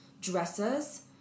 dresses